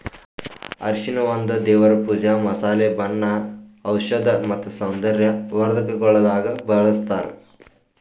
ಅರಿಶಿನ ಒಂದ್ ದೇವರ್ ಪೂಜಾ, ಮಸಾಲೆ, ಬಣ್ಣ, ಔಷಧ್ ಮತ್ತ ಸೌಂದರ್ಯ ವರ್ಧಕಗೊಳ್ದಾಗ್ ಬಳ್ಸತಾರ್